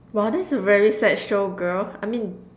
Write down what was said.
wah that's a very sad show girl I mean